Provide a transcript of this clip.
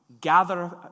gather